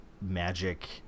magic